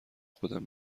خودم